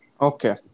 Okay